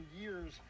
years